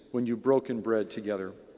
when you've broken bread together.